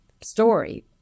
story